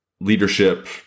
leadership